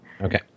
Okay